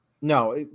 No